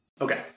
Okay